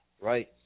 right